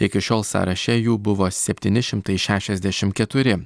iki šiol sąraše jų buvo septyni šimtai šešiasdešim keturi